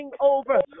over